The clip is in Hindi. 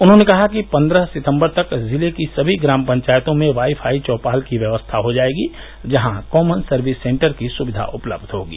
उन्होंने कहा कि पन्द्रह सितम्बर तक जिले की सभी ग्राम पंचायतों में वाईफाई चौपाल की व्यवस्था हो जायेगी जहां कॉमन सर्विस सेन्टर की सुविधा उपलब्ध होगी